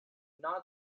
not